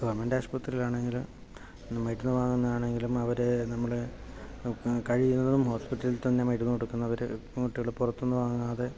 government ആശുപത്രിയിലാണെങ്കിൽ മരുന്ന് വാങ്ങുന്നത് ആണെങ്കിലും അവർ നമ്മൾ കഴിയുന്നതും ഹോസ്പിറ്റലിൽ തന്നെ മരുന്ന് കൊടുക്കുന്നത് ഇങ്ങോട്ട് പുറത്തുന്നു വാങ്ങാതെ